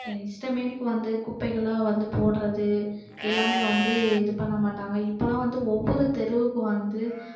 இஷ்டமேனிக்கு வந்து குப்பைகளை வந்து போடுறது எல்லாமே வந்து இது பண்ண மாட்டாங்க இப்பெல்லாம் வந்து ஒவ்வொரு தெருவுக்கு வந்து